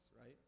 Right